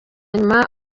nyuma